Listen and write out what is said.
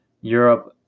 Europe